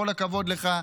כל הכבוד לך.